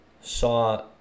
saw